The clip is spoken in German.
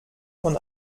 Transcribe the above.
von